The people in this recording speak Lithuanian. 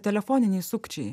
telefoniniai sukčiai